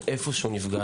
לאיפה שנפגע,